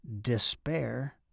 despair